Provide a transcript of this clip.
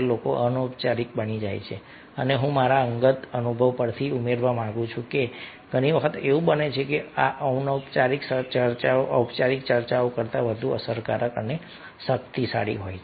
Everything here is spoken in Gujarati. લોકો અનૌપચારિક બની જાય છે અહીં હું મારા અંગત અનુભવ પરથી ઉમેરવા માંગુ છું કે ઘણી વખત એવું બને છે કે આ અનૌપચારિક ચર્ચાઓ ઔપચારિક ચર્ચાઓ કરતાં વધુ અસરકારક અને શક્તિશાળી હોય છે